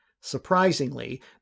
Surprisingly